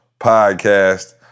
podcast